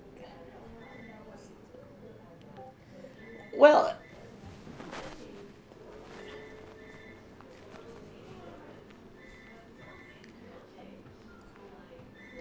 well